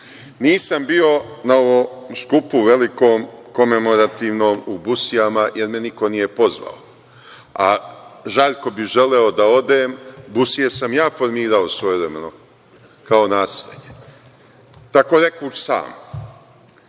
Nisam bio na ovom skupu velikom, komemorativnom u Busijama jer me niko nije pozvao, a žarko bih želeo da odem. Busije sam ja formirao svojevremeno kao naselje, takoreći sam.